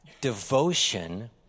devotion